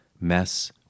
mess